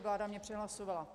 Vláda mě přehlasovala.